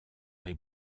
est